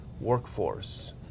workforce